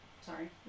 Sorry